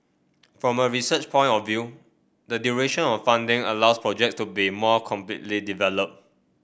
from a research point of view the duration of funding allows projects to be more completely developed